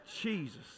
Jesus